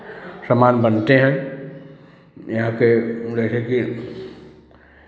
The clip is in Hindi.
सामान बनते हैं यहाँ के जैसे कि